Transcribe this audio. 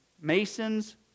Masons